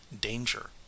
danger